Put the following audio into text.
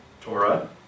Torah